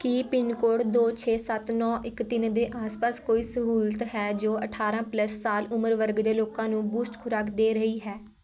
ਕੀ pin code ਦੋ ਛੇ ਸੱਤ ਨੌ ਇੱਕ ਤਿੰਨ ਦੇ ਆਸ ਪਾਸ ਕੋਈ ਸਹੂਲਤ ਹੈ ਜੋ ਅਠਾਰਾਂ ਪਲੱਸ ਸਾਲ ਉਮਰ ਵਰਗ ਦੇ ਲੋਕਾਂ ਨੂੰ ਬੂਸਟ ਖੁਰਾਕ ਦੇ ਰਹੀ ਹੈ